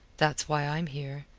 that's why i'm here,